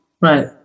Right